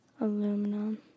Aluminum